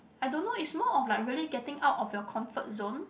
I don't know is more on like really getting out of your comfort zone